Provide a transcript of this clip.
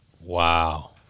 Wow